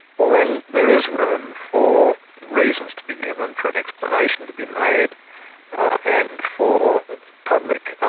well then there is room for reasons to be given, for an explanation to be made and for public